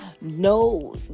no